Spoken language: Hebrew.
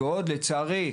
לסיכום,